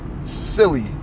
silly